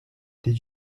did